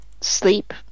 sleep